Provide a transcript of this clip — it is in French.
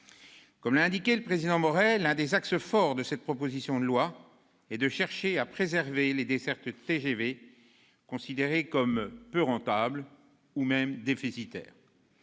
Comme l'a indiqué le président Maurey, l'un des axes forts de la proposition de loi est de chercher à préserver les dessertes TGV considérées comme peu rentables ou même déficitaires,